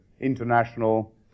international